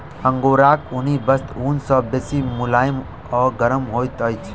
अंगोराक ऊनी वस्त्र ऊन सॅ बेसी मुलैम आ गरम होइत अछि